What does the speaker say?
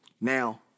Now